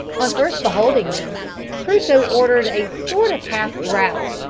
on first beholding them crusoe uttered a sort of half growl,